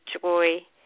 joy